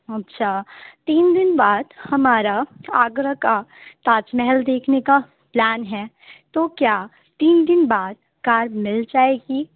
اچھا تین دن بعد ہمارا آگرہ کا تاج محل دیکھنے کا پلان ہے تو کیا تین دن بعد کار مل جائے گی